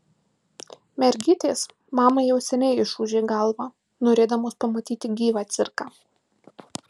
mergytės mamai jau seniai išūžė galvą norėdamos pamatyti gyvą cirką